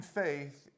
faith